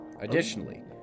Additionally